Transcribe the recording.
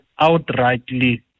outrightly